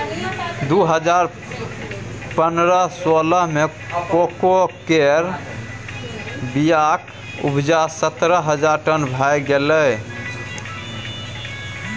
दु हजार पनरह सोलह मे कोको केर बीयाक उपजा सतरह हजार टन भए गेलै